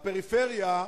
הפריפריה,